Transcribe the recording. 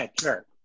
sure